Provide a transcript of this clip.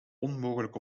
onmogelijk